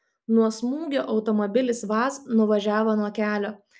nuo smūgio automobilis vaz nuvažiavo nuo kelio